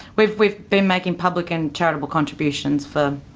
we've we've been making public and charitable contributions for,